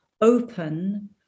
open